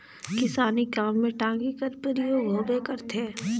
किसानी काम मे टागी कर परियोग होबे करथे